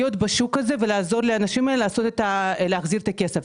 בשוק הזה ולעזור לאנשים האלה להחזיר את הכסף.